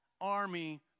army